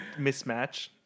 mismatch